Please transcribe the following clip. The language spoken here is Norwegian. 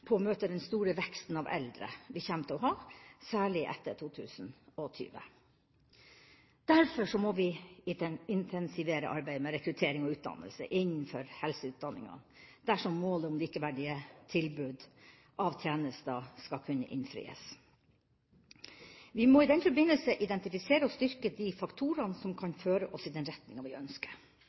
på å møte den store veksten av eldre vi kommer til å ha, særlig etter 2020. Derfor må vi intensivere arbeidet med rekruttering og utdannelse innenfor helseutdanningene, dersom målet om likeverdige tilbud av tjenester skal kunne innfris. Vi må i den forbindelse identifisere og styrke de faktorene som kan føre oss i den retninga vi ønsker.